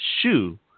shoe